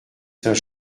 saint